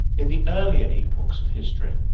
in the earlier epochs of history,